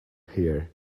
here